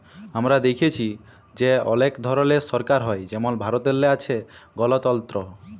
আমরা দ্যাইখছি যে অলেক ধরলের সরকার হ্যয় যেমল ভারতেল্লে আছে গলতল্ত্র